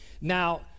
Now